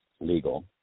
legal